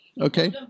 Okay